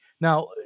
Now